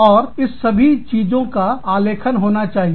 और इस सभी चीजों का आलेखन होना चाहिए